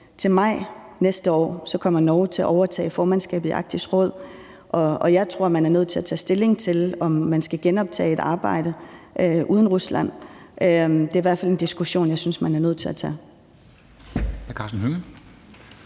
til maj næste år kommer Norge til at overtage formandskabet i Arktisk Råd, og jeg tror, man er nødt til at tage stilling til, om man skal genoptage et arbejde uden Rusland. Det er i hvert fald en diskussion, som jeg synes man er nødt til at tage.